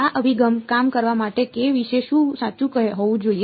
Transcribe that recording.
આ અભિગમ કામ કરવા માટે k વિશે શું સાચું હોવું જોઈએ